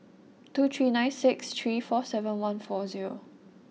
two three nine six three four seven one four zero